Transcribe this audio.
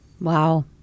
Wow